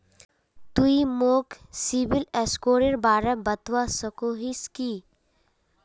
तुई मोक सिबिल स्कोरेर बारे बतवा सकोहिस कि?